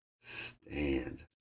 stand